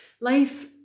Life